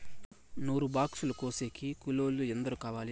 నూరు బాక్సులు కోసేకి కూలోల్లు ఎందరు కావాలి?